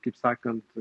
kaip sakant